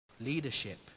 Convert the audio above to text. Leadership